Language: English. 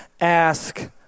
ask